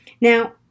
Now